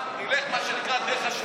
לך על מה שנקרא דרך השלילה.